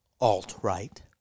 alt-right